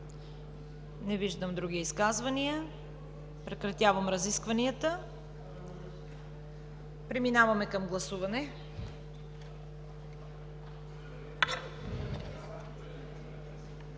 Не виждам други изказвания. Прекратявам разискванията. Преминаваме към гласуване